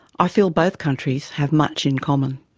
i feel both countries have much in common.